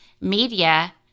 media